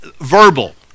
Verbal